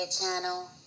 channel